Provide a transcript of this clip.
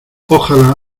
ojalá